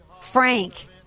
Frank